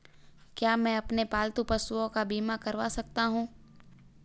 क्या मैं अपने पालतू पशुओं का बीमा करवा सकता हूं?